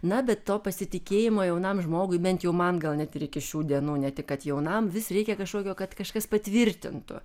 na bet to pasitikėjimo jaunam žmogui bent jau man gal net iki šių dienų ne tik kad jaunam vis reikia kažkokio kad kažkas patvirtintų